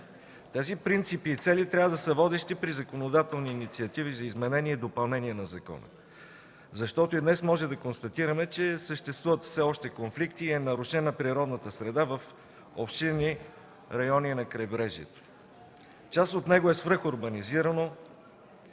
Тези принципи и цели трябва да са водещи при законодателни инициативи за изменение и допълнение на закона, защото и днес можем да констатираме, че съществуват все още конфликти и е нарушена природната среда в обширни райони на крайбрежието. Част от него е свръхурбанизирано,